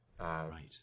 Right